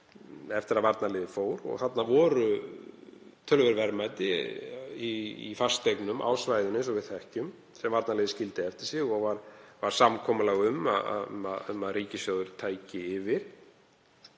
eftir að varnarliðið fór. Þarna voru töluverð verðmæti í fasteignum á svæðinu, eins og við þekkjum, sem varnarliðið skildi eftir og var samkomulag um að ríkissjóður tæki yfir.